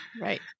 Right